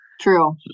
True